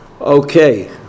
Okay